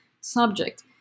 subject